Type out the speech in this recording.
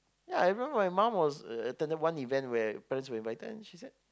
yeah everyone my mom was attended one event where parents were invited and she said